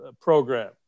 program